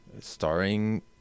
starring